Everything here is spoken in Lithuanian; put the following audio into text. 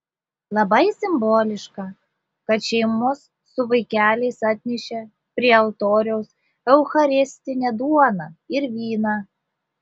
labai simboliška kad šeimos su vaikeliais atnešė prie altoriaus eucharistinę duoną ir vyną